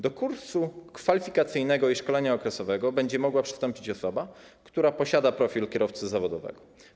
Do kursu kwalifikacyjnego i szkolenia okresowego będzie mogła przystąpić osoba, która posiada profil kierowcy zawodowego.